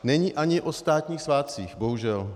Není ani o státních svátcích, bohužel.